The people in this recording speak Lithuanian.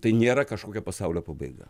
tai nėra kažkokia pasaulio pabaiga